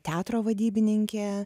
teatro vadybininkė